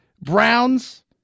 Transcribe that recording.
Browns